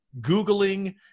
Googling